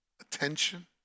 attention